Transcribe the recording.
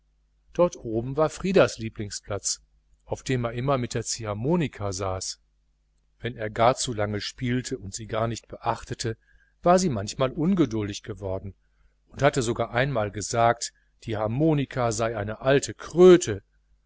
brett querüberlag war frieders lieblingsplatz auf dem er immer mit der ziehharmonika saß wenn er gar zu lang spielte und sie nicht beachtete war sie manchmal ungeduldig geworden und hatte sogar einmal gesagt die harmonika sei eine alte kröte